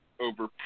Over